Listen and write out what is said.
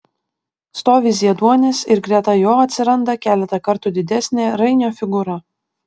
stovi zieduonis ir greta jo atsiranda keletą kartų didesnė rainio figūra